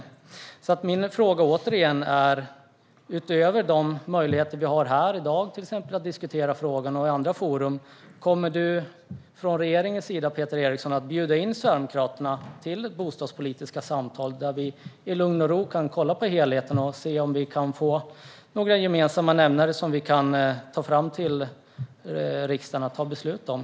Jag ställer min fråga återigen: Kommer Peter Eriksson att utöver de möjligheter vi har till exempel här i dag och i andra forum att diskutera frågan från regeringens sida bjuda in Sverigedemokraterna till bostadspolitiska samtal där vi i lugn och ro kan kolla på helheten och se om vi kan få några gemensamma nämnare som vi kan lägga fram för riksdagen att fatta beslut om?